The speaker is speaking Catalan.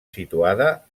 situada